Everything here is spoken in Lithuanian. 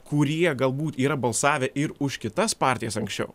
kurie galbūt yra balsavę ir už kitas partijas anksčiau